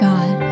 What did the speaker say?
God